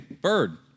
Bird